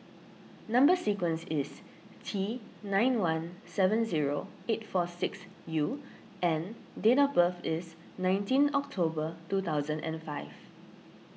Number Sequence is T nine one seven zero eight four six U and date of birth is nineteen October two thousand and five